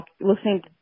listening